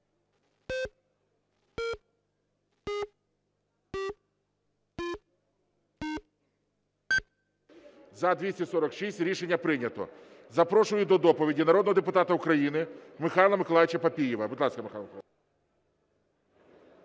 За-246 Рішення прийнято. Запрошую до доповіді народного депутата України Михайла Миколайовича Папієва.